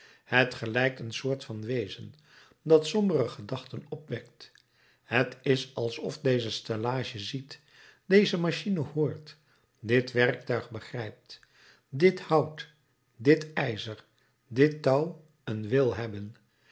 het gelijkt een soort van wezen dat sombere gedachten opwekt het is alsof deze stellage ziet deze machine hoort dit werktuig begrijpt dit hout dit ijzer dit touw een wil hebben